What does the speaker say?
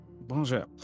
bonjour